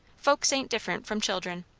folks ain't different from children.